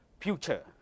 future